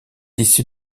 issus